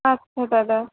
আচ্ছা দাদা